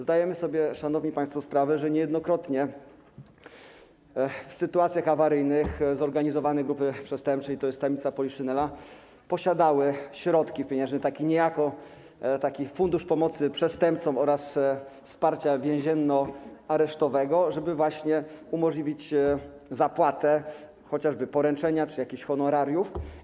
Zdajemy sobie, szanowni państwo, sprawę, że niejednokrotnie w sytuacjach awaryjnych zorganizowane grupy przestępcze, to jest tajemnica poliszynela, posiadały środki pieniężne, taki niejako fundusz pomocy przestępcom oraz wsparcia więzienno-aresztowego, żeby właśnie umożliwić zapłatę chociażby poręczenia czy jakichś honorariów.